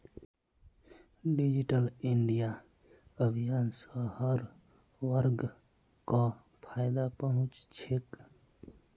digital India अभियान स हर वर्गक फायदा पहुं च छेक